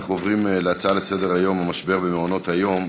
אנחנו עוברים להצעות לסדר-היום: המשבר במעונות-היום,